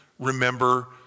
Remember